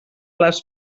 les